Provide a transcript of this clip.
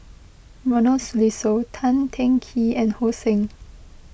Ronald Susilo Tan Teng Kee and So Heng